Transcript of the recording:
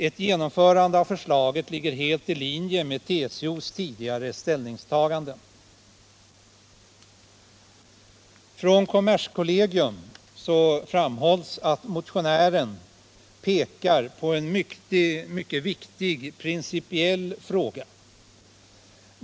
Ett genomförande av förslaget ligger helt i linje med TCO:s tidigare ställningstaganden.” Kommerskollegium framhåller att motionären pekar på en mycket viktig principiell fråga.